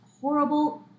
horrible